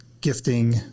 gifting